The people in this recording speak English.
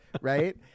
right